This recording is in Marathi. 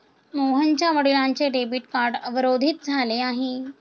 मोहनच्या वडिलांचे डेबिट कार्ड अवरोधित झाले आहे